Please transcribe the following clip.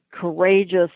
courageous